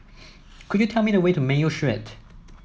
could you tell me the way to Mayo Street